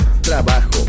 trabajo